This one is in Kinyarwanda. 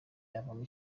yavamo